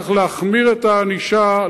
צריך להחמיר את הענישה.